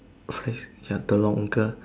ya the longer